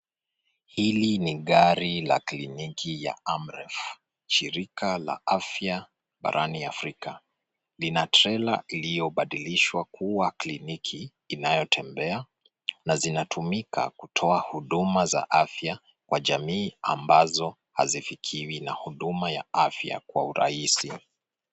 Hili ni gari la kliniki ya Amref, shirika la afya barani Afrika. Lina trela iliyobadilishwa kuwa kiliniki inayotembea na zinatumika kutoa huduma za afya kwa jamii ambazo hazifikiwa na huduma za afya kwa urahisi.